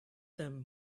them